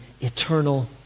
eternal